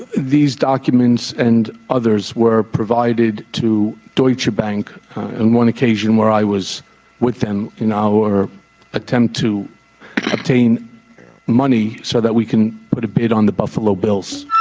these documents and others were provided to deutschebank on one occasion where i was with them in our attempt to obtain money so that we can put a bid on the buffalo bills